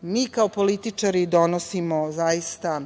mi kao političari donosimo zaista